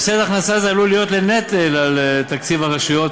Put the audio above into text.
הפסד הכנסה עלול להיות לנטל על תקציב הרשויות,